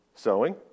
Sewing